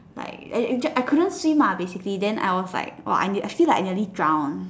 like you you I couldn't swim lah basically then I was like I feel like I nearly drowned